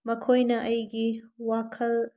ꯃꯈꯣꯏꯅ ꯑꯩꯒꯤ ꯋꯥꯈꯜ